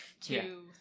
two